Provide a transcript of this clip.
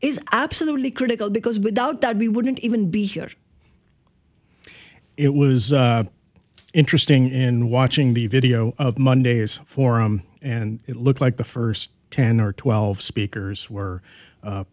is absolutely critical because without that we wouldn't even be here it was interesting and watching the video of monday's forum and it looked like the first ten or twelve